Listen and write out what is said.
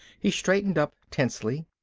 he straightened up tensely.